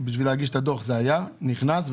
להגשת הדוח וזה נכנס.